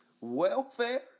Welfare